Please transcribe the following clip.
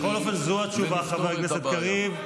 בכל אופן, זו התשובה, חבר הכנסת קריב.